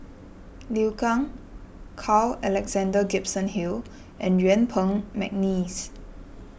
Liu Kang Carl Alexander Gibson Hill and Yuen Peng McNeice